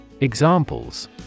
Examples